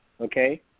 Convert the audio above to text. okay